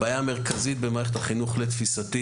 הבעיה המרכזית במערכת החינוך לתפיסתי